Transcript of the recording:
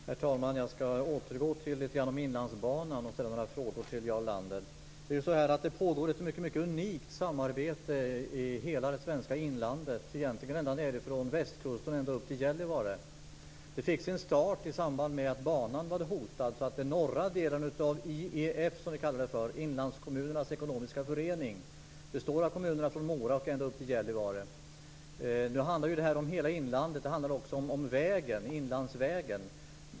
Herr talman! Jag skall återgå till Inlandsbanan. Jag vill ställa några frågor till Jarl Lander. Det pågår ett mycket unikt samarbete i hela det svenska inlandet - egentligen från västkusten och ända upp till Gällivare. Det fick sin start i samband med att banan var hotad. Den norra delen av IEF - Inlandskommunernas Ekonomiska Förening - består av kommunerna från Mora ända upp till Gällivare. Det handlar om hela inlandet. Det handlar också om inlandsvägen.